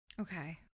Okay